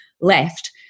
left